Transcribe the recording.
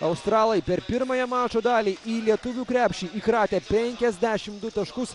australai per pirmąją mačo dalį į lietuvių krepšį įkratė penkiasdešim du taškus